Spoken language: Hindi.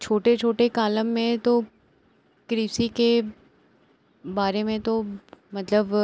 छोटे छोटे कॉलम में तो कृषि के बारे में तो मतलब